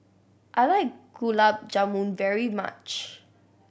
I like Gulab Jamun very much